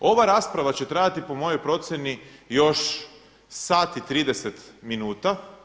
Ova rasprava će trajati po mojoj procjeni još sat i 30 minuta.